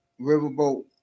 Riverboat